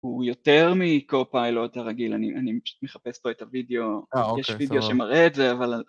הוא יותר מקו-פיילוט הרגיל, אני פשוט מחפש פה את הוידאו, אה, אוקיי, סבבה. יש וידאו שמראה את זה, אבל...